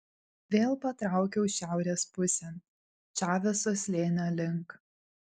vėl patraukiau šiaurės pusėn čaveso slėnio link